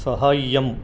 सहाय्यम्